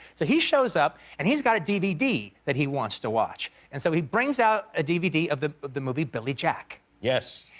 so he shows up and he's got a dvd that he wants to watch. and so he brings out a dvd of the the movie billy jack. jimmy yes.